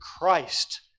Christ